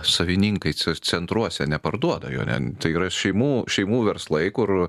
savininkai ce centruose neparduoda jo nen tai yra šeimų šeimų verslai kur